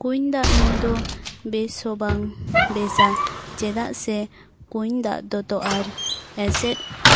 ᱠᱩᱧ ᱫᱟᱜ ᱧᱩ ᱫᱚ ᱵᱮᱥ ᱦᱚᱸ ᱵᱟᱝ ᱵᱮᱥᱟ ᱪᱮᱫᱟᱜ ᱥᱮ ᱠᱩᱧ ᱫᱟᱜ ᱫᱚᱛᱚ ᱟᱨ ᱮᱥᱮᱫ